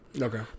Okay